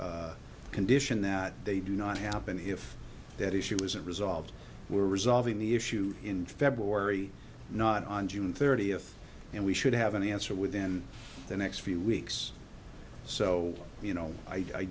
condition that they do not happen if that issue isn't resolved we're resolving the issue in february not on june thirtieth and we should have an answer within the next few weeks so you know i